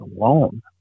alone